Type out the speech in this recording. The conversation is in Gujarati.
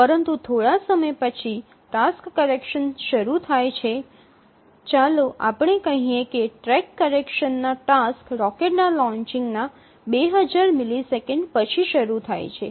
પરંતુ થોડા સમય પછી ટાસ્ક કરેક્શન શરૂ થાય છે ચાલો આપણે કહીએ કે ટ્રેક કરેક્શનનાં ટાસક્સ રોકેટના લોંચિંગના ૨000 મિલિસેકન્ડ પછી શરૂ થાય છે